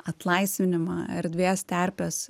atlaisvinimą erdvės terpės